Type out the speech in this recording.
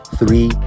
Three